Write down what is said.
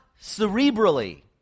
cerebrally